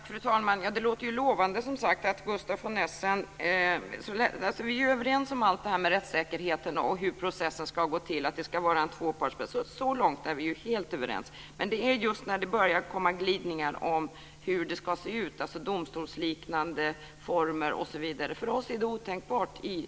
Fru talman! Det låter ju lovande, som sagt. Vi är överens om allt det här med rättssäkerheten och hur processen ska gå till, att det ska vara en tvåpartsförfarande. Så långt är vi helt överens. Sedan är det just det här att det börjar komma glidningar om hur det ska se ut, alltså domstolsliknande former osv. För oss är det otänkbart.